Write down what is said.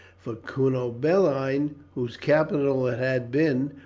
for cunobeline, whose capital it had been,